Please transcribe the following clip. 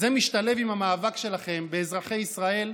זה משתלב עם המאבק שלכם באזרחי ישראל,